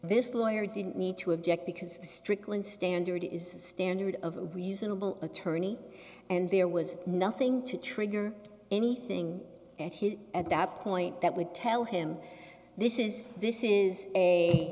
this lawyer didn't need to object because strickland standard is the standard of reasonable attorney and there was nothing to trigger anything and he at that point that would tell him this is this is a